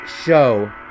show